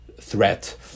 threat